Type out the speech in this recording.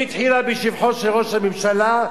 היא התחילה בשבחו של ראש הממשלה,